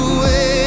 away